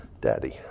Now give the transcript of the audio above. daddy